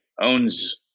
owns